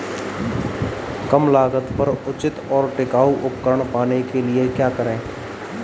कम लागत पर उचित और टिकाऊ उपकरण पाने के लिए क्या करें?